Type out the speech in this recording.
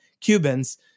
cubans